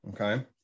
Okay